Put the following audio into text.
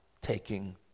taking